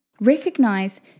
Recognize